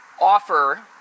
offer